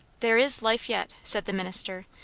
there is life yet, said the minister,